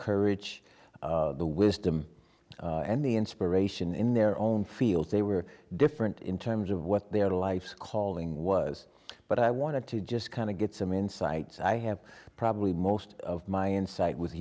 courage the wisdom and the inspiration in their own fields they were different in terms of what their life's calling was but i wanted to just kind of get some insights i have probably most of my insight with